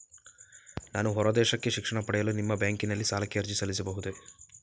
ನಾನು ಹೊರದೇಶಕ್ಕೆ ಶಿಕ್ಷಣ ಪಡೆಯಲು ನಿಮ್ಮ ಬ್ಯಾಂಕಿನಲ್ಲಿ ಸಾಲಕ್ಕೆ ಅರ್ಜಿ ಸಲ್ಲಿಸಬಹುದೇ?